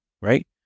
right